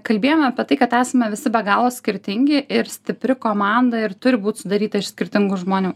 kalbėjome apie tai kad esame visi be galo skirtingi ir stipri komanda ir turi būt sudaryta iš skirtingų žmonių